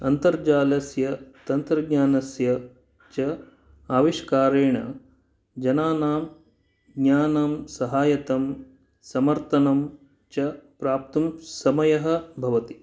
अन्तर्जालस्य तन्त्रज्ञानस्य च आविष्कारेण जनानां ज्ञानं सहायतां सर्मथनं च प्राप्तुं समयः भवति